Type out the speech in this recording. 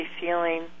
feeling